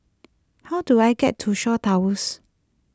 how do I get to Shaw Towers